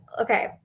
okay